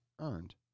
earned